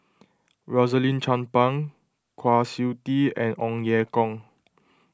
Rosaline Chan Pang Kwa Siew Tee and Ong Ye Kung